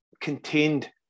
contained